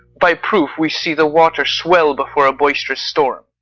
by proof, we see the water swell before a boisterous storm.